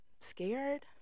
scared